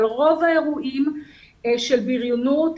רוב האירועים של בריונות,